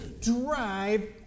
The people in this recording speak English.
Drive